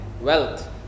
Wealth